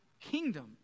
kingdom